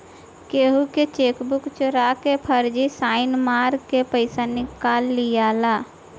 केहू के चेकबुक चोरा के फर्जी साइन मार के पईसा निकाल लियाला